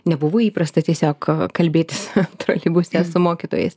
nebuvo įprasta tiesiog kalbėtis troleibuse su mokytojais